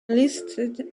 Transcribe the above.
listed